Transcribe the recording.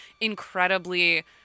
incredibly